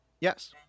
Yes